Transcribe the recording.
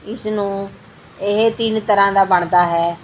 ਇਸ ਨੂੰ ਇਹ ਤਿੰਨ ਤਰ੍ਹਾਂ ਦਾ ਬਣਦਾ ਹੈ